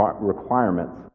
requirements